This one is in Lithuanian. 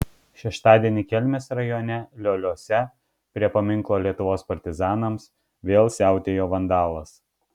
šeštadienį kelmės rajone lioliuose prie paminklo lietuvos partizanams vėl siautėjo vandalas